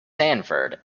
sanford